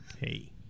Hey